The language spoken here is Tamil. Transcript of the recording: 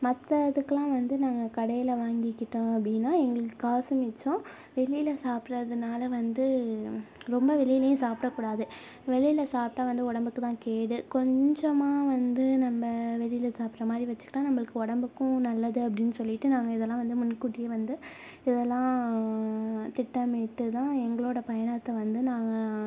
மற்ற இதுக்குலாம் வந்து நாங்கள் கடையில் வாங்கிக்கிட்டோம் அப்படின்னா எங்களுக்கு காசும் மிச்சம் வெளியில சாப்பிடுறதுனால வந்து ரொம்ப வெளியிலையும் சாப்பிட கூடாது வெளியில் சாப்பிட்டா வந்து உடம்புக்கு தான் கேடு கொஞ்சமாக வந்து நம்ம வெளியில் சாப்பிடுறமாரி வச்சிக்கிட்டால் நம்பளுக்கு உடம்புக்கும் நல்லது அப்படின்னு சொல்லிவிட்டு நாங்கள் இதெலாம் வந்து முன்கூட்டியே வந்து இதெலாம் திட்டமிட்டு தான் எங்களோட பயணத்தை வந்து நாங்கள்